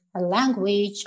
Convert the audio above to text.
language